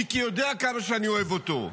מיקי יודע כמה שאני אוהב אותו.